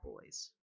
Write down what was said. boys